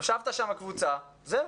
הושבת שם קבוצה, זהו.